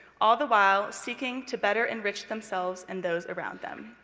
all the while seeking to better enrich themselves and those around them.